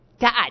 God